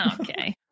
Okay